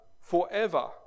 forever